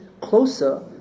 closer